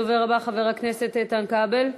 הדובר הבא, חבר הכנסת איתן כבל,